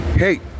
Hey